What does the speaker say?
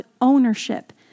ownership